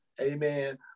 Amen